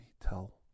tell